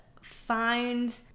find